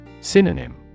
Synonym